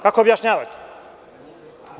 Kako objašnjavate to?